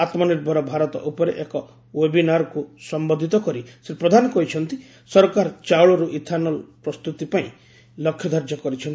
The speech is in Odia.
ଆତ୍ମନିର୍ଭର ଭାରତ ଉପରେ ଏକ ୱେବିନାର୍କୁ ସମ୍ବୋଧିତ କରି ଶ୍ରୀ ପ୍ରଧାନ କହିଛନ୍ତି ସରକାର ଚାଉଳରୁ ଇଥାନଲ୍ ପ୍ରସ୍ତୁତି ପାଇଁ ଲକ୍ଷ୍ୟଧାର୍ଯ୍ୟ କରିଛନ୍ତି